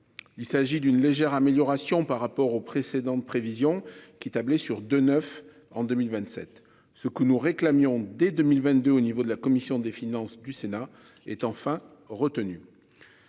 Il s'agit d'une légère amélioration par rapport aux précédentes prévisions qui tablaient sur 2, 9 en 2027. Ce que nous réclamions dès 2022 au niveau de la commission des finances du Sénat est enfin retenue.